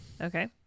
Okay